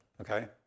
Okay